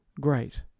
Great